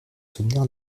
soutenir